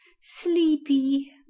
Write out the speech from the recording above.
sleepy